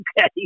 Okay